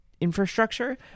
infrastructure